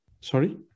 Sorry